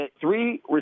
three